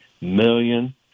million